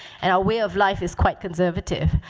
and our way of life is quite conservative.